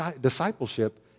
Discipleship